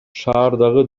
шаардагы